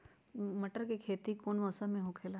मटर के खेती कौन मौसम में होखेला?